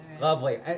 Lovely